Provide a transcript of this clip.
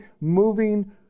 moving